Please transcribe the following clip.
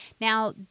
Now